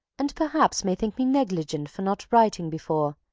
and perhaps may think me negligent for not writing before.